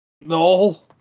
No